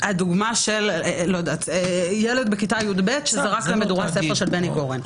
הדוגמה של ילד בכיתה י"ב שזרק למדורה ספר של בני גורן.